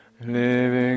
living